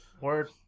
Word